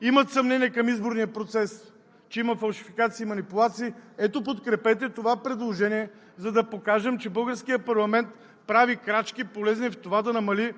имат съмнения към изборния процес, че има фалшификации и манипулации – подкрепете това предложение, за да покажем, че българският парламент прави полезни крачки в това да намали